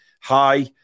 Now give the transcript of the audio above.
hi